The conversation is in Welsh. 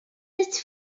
sut